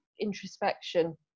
introspection